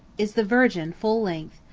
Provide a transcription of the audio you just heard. is the virgin full length,